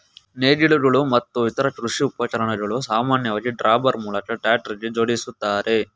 ನೇಗಿಲುಗಳು ಮತ್ತು ಇತರ ಕೃಷಿ ಉಪಕರಣಗಳನ್ನು ಸಾಮಾನ್ಯವಾಗಿ ಡ್ರಾಬಾರ್ ಮೂಲಕ ಟ್ರಾಕ್ಟರ್ಗೆ ಜೋಡಿಸ್ತಾರೆ